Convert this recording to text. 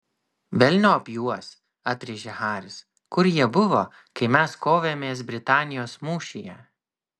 velniop juos atrėžė haris kur jie buvo kai mes kovėmės britanijos mūšyje